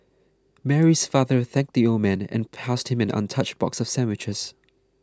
Mary's father thanked the old man and passed him an untouched box of sandwiches